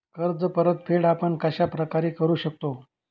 कर्ज परतफेड आपण कश्या प्रकारे करु शकतो?